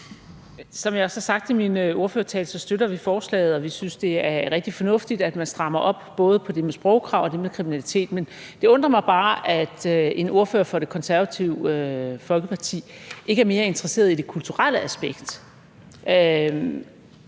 Som jeg også sagde i min ordførertale, støtter vi forslaget, og vi synes, det er rigtig fornuftigt, at man strammer op på både det med sprogkrav og det med kriminalitet. Men det undrer mig bare, at en ordfører for Det Konservative Folkeparti ikke er mere interesseret i det kulturelle aspekt,